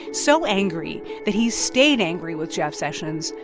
so angry that he stayed angry with jeff sessions,